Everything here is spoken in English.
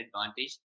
advantage